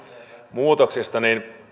muutoksista